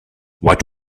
what